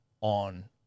on